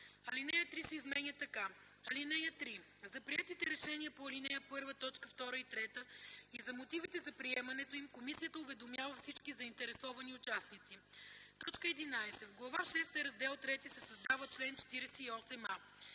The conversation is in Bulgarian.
алинея 3 се изменя така: „(3) За приетите решения по ал. 1, т. 2 и 3 и за мотивите за приемането им комисията уведомява всички заинтересовани участници.” 11. В Глава шеста, Раздел ІІІ се създава чл. 48а: